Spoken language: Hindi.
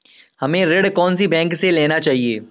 हमें ऋण कौन सी बैंक से लेना चाहिए?